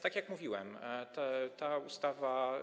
Tak jak mówiłem, ta ustawa.